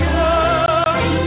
love